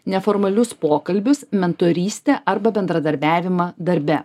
neformalius pokalbius mentorystę arba bendradarbiavimą darbe